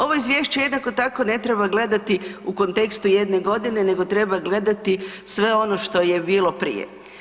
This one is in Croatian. Ovo izvješće, jednako tako, ne treba gledati u kontekstu jedne godine nego treba gledati sve ono što je bilo prije.